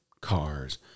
cars